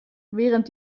während